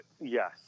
Yes